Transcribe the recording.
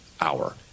hour